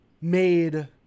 made